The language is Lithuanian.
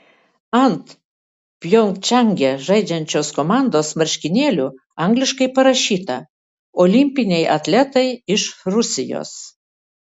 ant pjongčange žaidžiančios komandos marškinėlių angliškai parašyta olimpiniai atletai iš rusijos